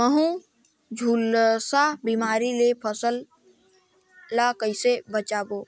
महू, झुलसा बिमारी ले फसल ल कइसे बचाबो?